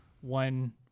one